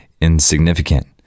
insignificant